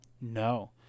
no